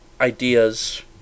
ideas